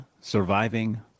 surviving